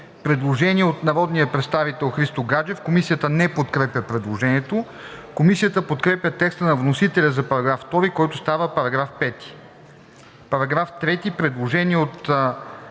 предложение от народния представител Христо Гаджев. Комисията не подкрепя предложението. Комисията подкрепя текста на вносителя за § 2, който става § 5. По § 3 има предложение от